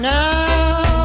now